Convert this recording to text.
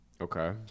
Okay